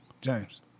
James